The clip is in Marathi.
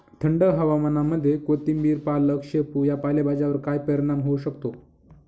थंड हवामानामध्ये कोथिंबिर, पालक, शेपू या पालेभाज्यांवर काय परिणाम होऊ शकतो?